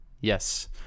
Yes